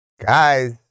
guys